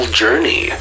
journey